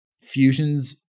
Fusions